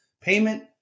payment